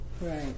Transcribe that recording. right